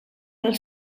del